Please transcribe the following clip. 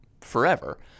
forever